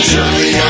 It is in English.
Surely